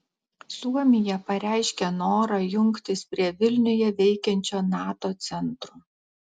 suomija pareiškė norą jungtis prie vilniuje veikiančio nato centro